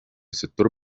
sector